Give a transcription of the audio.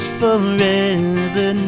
forever